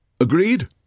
Agreed